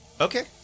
Okay